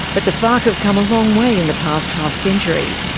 but the farc have come a long way in the past half-century.